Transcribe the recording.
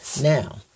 Now